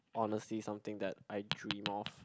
honestly something that I dream of